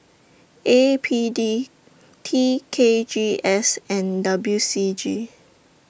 A P D T K G S and W C G